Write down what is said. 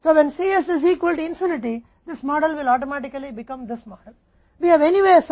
तो जब Cs अनंत के बराबर है तो यह मॉडल स्वचालित रूप से यह मॉडल बन जाएगा